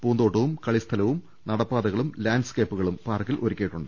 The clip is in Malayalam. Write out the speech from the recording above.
പൂന്തോട്ടവും കളിസ്ഥലവും നടപ്പാതകളും ലാന്റ് സ്കേപ്പു കളും പാർക്കിൽ ഒരുക്കിയിട്ടുണ്ട്